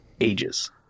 Ages